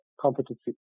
competency